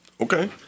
Okay